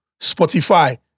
Spotify